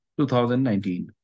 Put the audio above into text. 2019